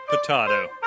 potato